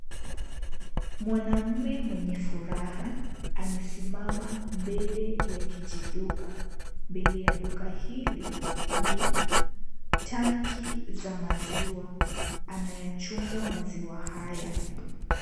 Mwanaume mwenye furaha amesimama mbele ya kijiduka. Mbele ya duka hili ni tangi za maziwa. Anayachunga maziwa haya.